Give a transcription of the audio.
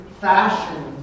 fashion